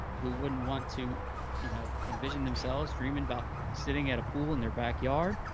who wouldn't want to you know envision themselves dreaming about sitting at a pool in their backyard,